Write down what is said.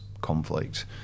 conflict